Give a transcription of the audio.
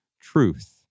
truth